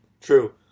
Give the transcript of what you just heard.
True